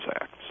acts